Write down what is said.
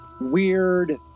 weird